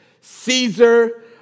Caesar